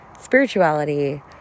spirituality